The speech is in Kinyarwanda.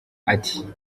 ati